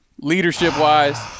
leadership-wise